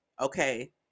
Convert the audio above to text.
okay